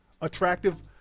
attractive